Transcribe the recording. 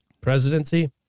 presidency